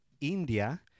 India